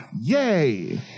yay